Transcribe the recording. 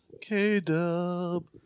K-Dub